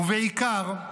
בעיקר,